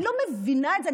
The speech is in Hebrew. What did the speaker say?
אני לא מבינה את זה.